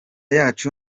yacu